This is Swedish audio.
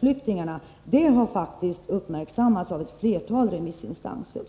flyktingarna enligt 6§. Det har faktiskt uppmärksammats av ett flertal remissinstanser.